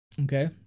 Okay